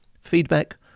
feedback